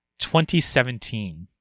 2017